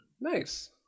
Nice